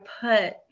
put